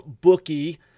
bookie